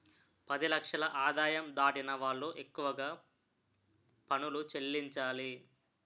పది లక్షల ఆదాయం దాటిన వాళ్లు ఎక్కువగా పనులు చెల్లించాలి